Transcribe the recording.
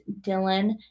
Dylan